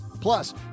Plus